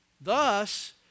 Thus